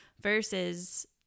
versus